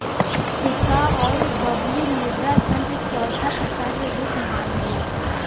सिक्का अउर बबली मुद्रा धन के चौथा प्रकार के रूप में मनाला